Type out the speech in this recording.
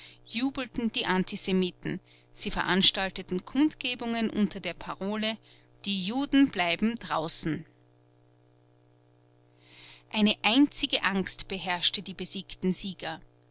jubelten die antisemiten sie veranstalteten kundgebungen unter der parole die juden bleiben draußen eine einzige angst beherrschte die besiegten sieger